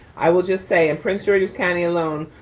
i will just say in prince george's county alone,